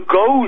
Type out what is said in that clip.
go